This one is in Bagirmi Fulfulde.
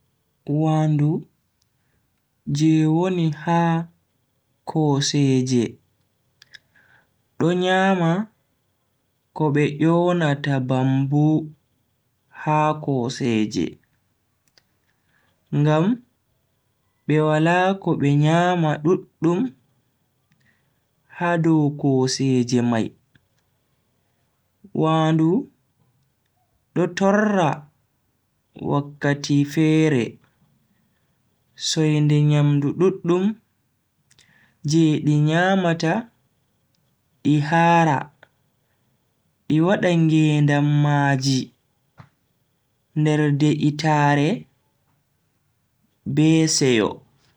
Wandu je woni ha kooseeje do nyama ko be yonata bamboo ha kooseeje, ngam be wala ko be nyama duddum ha dow kooseeje mai. wandu do torra wakkati fere soinde nyamdu duddum je di nyamata di haara di wada ngedam maaji nder de'itaare be seyo.